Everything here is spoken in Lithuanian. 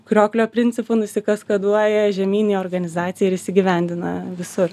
krioklio principu nusikaskaduoja žemyn į organizaciją ir įsigyvendina visur